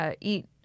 eat